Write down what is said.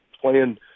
playing